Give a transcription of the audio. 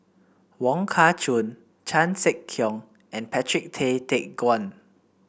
Wong Kah Chun Chan Sek Keong and Patrick Tay Teck Guan